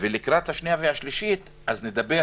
ולקראת הקריאה השנייה והשלישית נדבר,